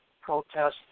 protests